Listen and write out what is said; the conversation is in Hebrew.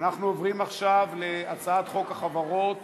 אנחנו עוברים עכשיו להצעת חוק החברות